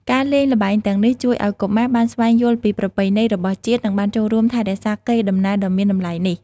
ការលេងល្បែងទាំងនេះជួយឲ្យកុមារបានស្វែងយល់ពីប្រពៃណីរបស់ជាតិ និងបានចូលរួមថែរក្សាកេរដំណែលដ៏មានតម្លៃនេះ។